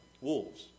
wolves